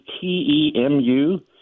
T-E-M-U